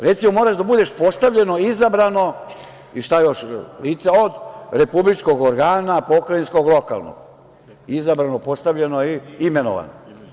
Recimo, moraš da budeš postavljeno, izabrano i koje još lice od republičkog organa, pokrajinskog, lokalnog, izabrano, postavljeno i imenovano.